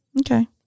Okay